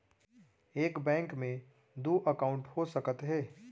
एक बैंक में दू एकाउंट हो सकत हे?